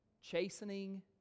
chastening